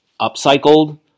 upcycled